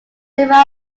several